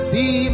See